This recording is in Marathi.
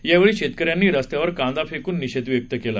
यावेळी शेतकऱ्यांनी रस्त्यावर कांदा फेकून निषेध व्यक्त केला